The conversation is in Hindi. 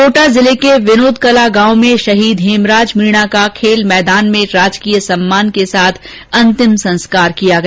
कोटा जिले के विनोद कला गांव में शहीद हेमराज मीणा का खेल मेदान में राजकीय सम्मान के साथ अंतिम संस्कार किया गया